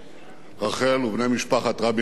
רחל ובני משפחת רבין היקרים,